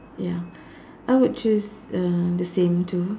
ya I would choose uh the same two